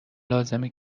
لازمه